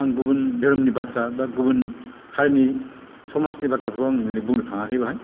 आं गुबुन धोरोमनि बाथ्रा बा गुबुन हारिनि समाजनि बाथ्राखौ आं दिनै बुंनो थाङाखै बेहाय